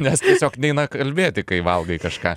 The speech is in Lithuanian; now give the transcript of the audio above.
nes tiesiog neina kalbėti kai valgai kažką